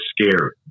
scared